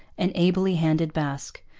an ably handled basque,